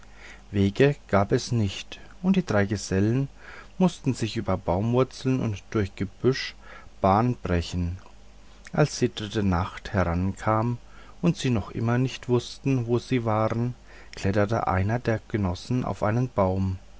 wege gab es nicht und die drei gesellen mußten sich über baumwurzeln und durch gebüsch bahn brechen als die dritte nacht herankam und sie noch immer nicht wußten wo sie waren kletterte einer der genossen auf einen baum